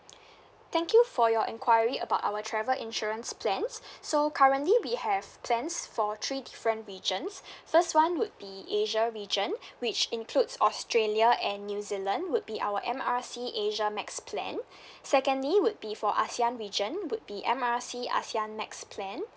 thank you for your enquiry about our travel insurance plans so currently we have plans for three different regions first [one] would be asia region which includes australia and new zealand would be our M R C asia max plan secondly would be for ASEAN region M R C ASEAN max plan